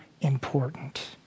important